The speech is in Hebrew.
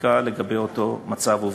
בחקיקה לגבי אותו מצב עובדתי.